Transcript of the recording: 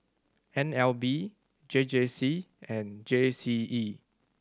N L B J J C and J C E